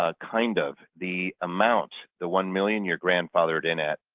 ah kind of. the amount, the one million you're grandfathered in at,